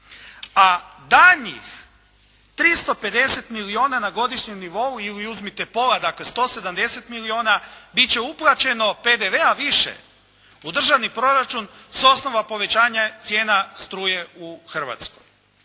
a daljnjih 350 milijuna na godišnjem nivou ili uzmite pola dakle, 170 milijuna, bit će uplaćeno PDV-a više u državni proračun s osnova povećanja cijena struje u Hrvatskoj.